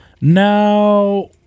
now